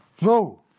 no